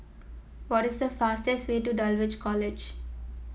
what is the fastest way to Dulwich College